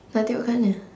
nak tengok kat mana